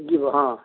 ଯିବ ହଁ